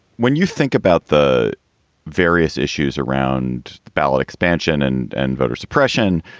when you think about the various issues around ballot expansion and and voter suppression,